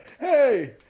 hey